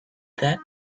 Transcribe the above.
that